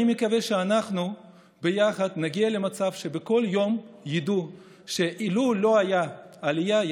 אני מקווה שאנחנו ביחד נגיע למצב שבכל יום ידעו שאילולא הייתה עלייה,